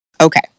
Okay